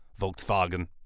Volkswagen